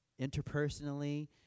interpersonally